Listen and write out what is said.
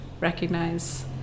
recognize